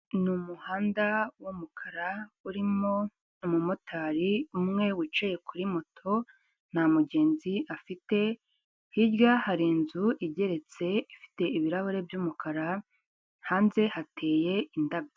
Ni umuhanda w'umukara urimo umumotari umwe wicaye kuri moto, nta mugenzi afite. Hirya hari inzu igeretse ifite ibirahure by'umukara, hanze hateye indabyo